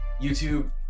youtube